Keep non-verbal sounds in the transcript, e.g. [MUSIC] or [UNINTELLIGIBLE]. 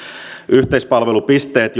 yhteispalvelupisteet [UNINTELLIGIBLE]